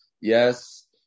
Yes